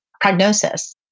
prognosis